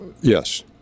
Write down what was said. Yes